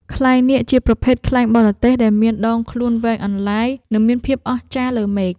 ខ្លែងនាគ ជាប្រភេទខ្លែងបរទេស ដែលមានដងខ្លួនវែងអន្លាយ និងមានភាពអស្ចារ្យលើមេឃ។